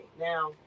Now